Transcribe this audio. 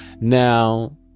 Now